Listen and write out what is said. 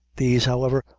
these, however,